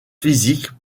physique